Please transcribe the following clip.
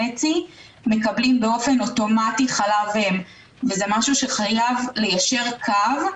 קילו מקבלים באופן אוטומטי חלב אם וזה משהו שחייב ליישר קו,